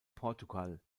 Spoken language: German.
portugal